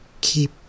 keep